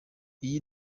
iyi